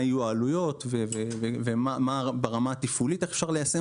יהיו העלויות ומה אפשר ליישם ברמה התפעולית.